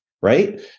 right